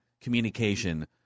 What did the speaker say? communication